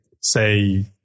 say